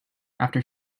after